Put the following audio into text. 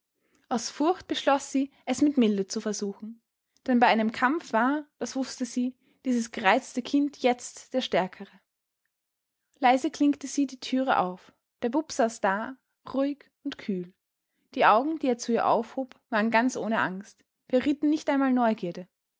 aus furcht beschloß sie es mit milde zu versuchen denn bei einem kampf war das wußte sie dieses gereizte kind jetzt der stärkere leise klinkte sie die türe auf der bub saß da ruhig und kühl die augen die er zu ihr aufhob waren ganz ohne angst verrieten nicht einmal neugierde